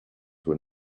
were